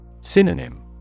Synonym